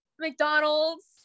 McDonald's